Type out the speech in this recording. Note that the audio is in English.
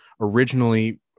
originally